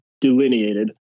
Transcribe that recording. delineated